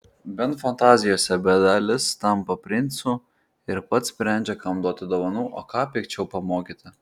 bent fantazijose bedalis tampa princu ir pats sprendžia kam duoti dovanų o ką pikčiau pamokyti